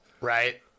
Right